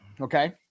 okay